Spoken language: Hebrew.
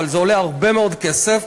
אבל זה עולה הרבה מאוד כסף.